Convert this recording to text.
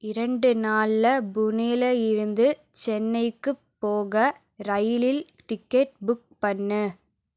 இரண்டு நாளில் புனேவில இருந்து சென்னைக்கு போக ரயிலில் டிக்கெட் புக் பண்ணு